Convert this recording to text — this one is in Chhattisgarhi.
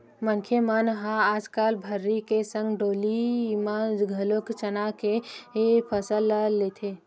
मनखे मन ह आजकल भर्री के संग डोली म घलोक चना के फसल ल लेथे